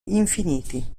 infiniti